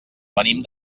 venim